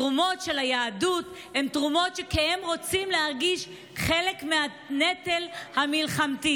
תרומות של היהדות הן תרומות כי הם רוצים להרגיש חלק מהנטל המלחמתי,